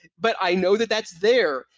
but i know that that's there.